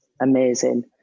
amazing